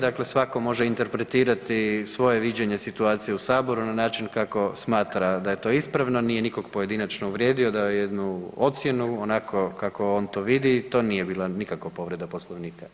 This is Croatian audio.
Dakle, svako može interpretirati svoje viđenje situacije u saboru na način kako smatra da je to ispravno, nije nikog pojedinačno uvrijedio, dao je jednu ocjenu onako kako on to vidi i to nije bila nikakva povreda Poslovnika.